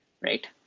right